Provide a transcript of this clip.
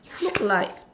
look like